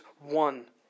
one